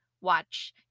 watch